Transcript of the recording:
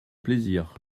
plaisir